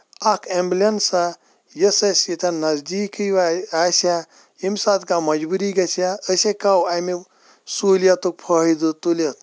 اکھ ایٚمبلینسا تہٕ یُس اَسہِ ییٚتٮ۪ن نزدیٖک آسہِ ہا ییٚمہِ ساتہٕ کانہہ مجبوٗری گژھِ ہا أسۍ ہیٚکو اَمیُک سہوٗلیتُک فٲیدٕ تُلِتھ